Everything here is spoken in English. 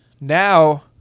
Now